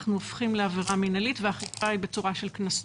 לעבירה מנהלית והאכיפה היא בצורה של קנסות.